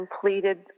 completed